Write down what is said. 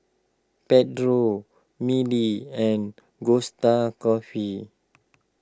Petro Mili and Costa Coffee